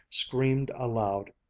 screamed aloud.